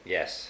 Yes